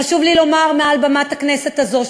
חשוב לי לומר מעל במת הכנסת הזו,